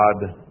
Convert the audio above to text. God